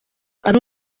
ari